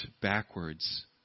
backwards